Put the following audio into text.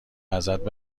ازت